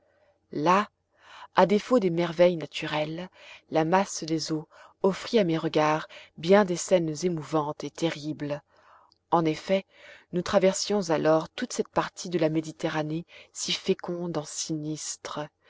là à défaut des merveilles naturelles la masse des eaux offrit à mes regards bien des scènes émouvantes et terribles en effet nous traversions alors toute cette partie de la méditerranée si féconde en sinistres